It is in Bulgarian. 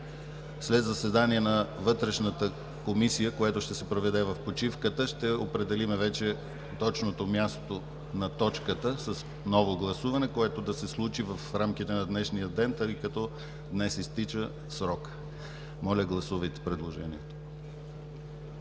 сигурност и обществен ред, което ще се проведе в почивката, ще определим вече точното място на точката с ново гласуване, което да се случи в рамките на днешния ден, тъй като днес изтича срокът. Моля, гласувайте предложението.